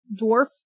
dwarf